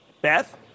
Beth